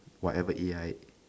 whatever A_I